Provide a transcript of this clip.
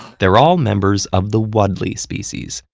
they're all members of the wuddly species,